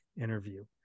interview